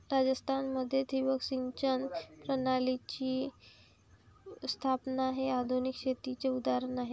राजस्थान मध्ये ठिबक सिंचन प्रणालीची स्थापना हे आधुनिक शेतीचे उदाहरण आहे